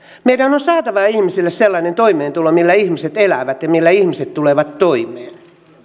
meidän on saatava ihmisille sellainen toimeentulo millä ihmiset elävät ja millä ihmiset tulevat toimeen